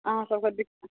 अहाँ सबके दिक